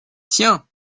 tiens